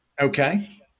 Okay